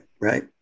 right